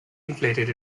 inflated